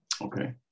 Okay